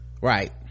right